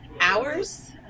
hours